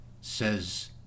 says